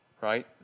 right